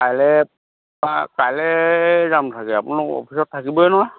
কাইলে এপাক কাইলৈ যাম চাগে আপুনি আকৌ অফিচত থাকিবই নহয়